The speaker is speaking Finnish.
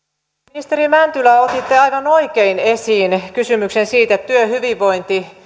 ministeri mäntylä otitte aivan oikein esiin kysymyksen siitä että työhyvinvointi